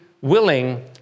willing